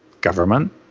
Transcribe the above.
government